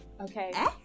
Okay